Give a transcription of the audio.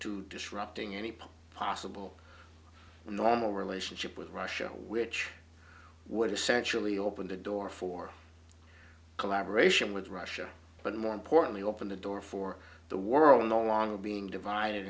to disrupting any possible a normal relationship with russia which would essentially open the door for collaboration with russia but more importantly open the door for the world in the long of being divided